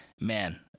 Man